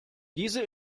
diese